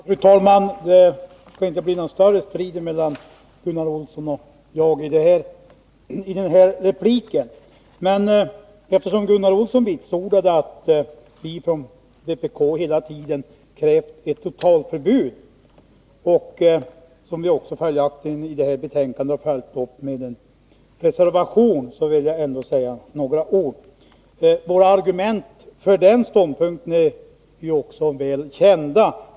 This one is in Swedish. Fru talman! Det skall inte bli någon större strid mellan Gunnar Olsson och mig i den här repliken. Men eftersom Gunnar Olsson vitsordade att vi från vpk hela tiden krävt ett totalförbud, som vi också har följt upp med en reservation till detta betänkande, vill jag ändå säga några ord. Våra argument för den ståndpunkten är ju väl kända.